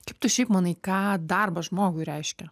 kaip tu šiaip manai ką darbas žmogui reiškia